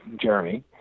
Jeremy